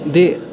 ते